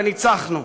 וניצחנו.